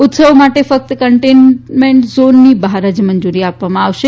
ઉત્સવો માટે ફક્ત કન્ટેન્ટ ઝોનની બહાર જ મંજૂરી આપવામાં આવશે